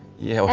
yeah,